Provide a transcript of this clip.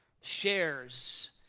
shares